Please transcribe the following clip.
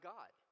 God